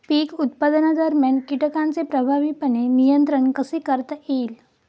पीक उत्पादनादरम्यान कीटकांचे प्रभावीपणे नियंत्रण कसे करता येईल?